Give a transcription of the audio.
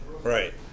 Right